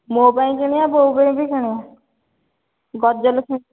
ମୋ ପାଇଁ କିଣିବା ବୋଉ ପାଇଁ ବି କିଣିବା ଗଜଲକ୍ଷ୍ମୀ